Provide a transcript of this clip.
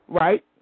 right